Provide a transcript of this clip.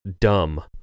dumb